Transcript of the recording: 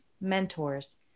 mentors